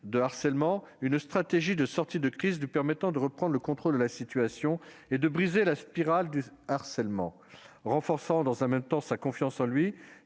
de harcèlement une stratégie de sortie de crise lui permettant de reprendre le contrôle de la situation et de briser la spirale du harcèlement, renforçant dans un même temps sa confiance en